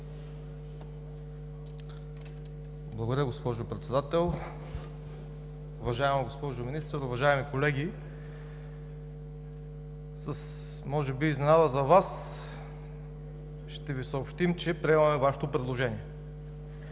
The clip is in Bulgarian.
Благодаря, госпожо Председател. Уважаема госпожо Министър, уважаеми колеги! Може би с изненада за Вас ще Ви съобщим, че приемаме Вашето предложение